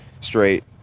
straight